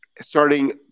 Starting